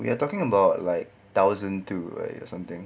we are talking about like thousand two right or something